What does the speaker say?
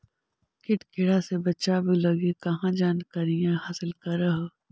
किट किड़ा से बचाब लगी कहा जानकारीया हासिल कर हू?